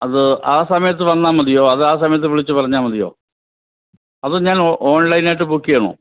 അത് ആ സമയത്ത് വന്നാൽ മതിയോ അതോ ആ സമയത്ത് വിളിച്ചു പറഞ്ഞാൽ മതിയോ അതോ ഞാൻ ഓ ഓൺലൈനായിട്ട് ബുക്ക് ചെയ്യണോ